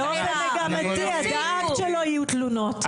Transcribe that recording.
באופן מגמתי את דאגת שלא יהיו תלונות.